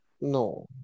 No